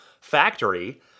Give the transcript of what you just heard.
factory